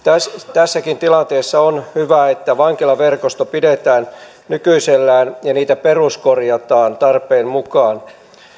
tässäkin tilanteessa on hyvä että vankilaverkosto pidetään nykyisellään ja vankiloita peruskorjataan tarpeen mukaan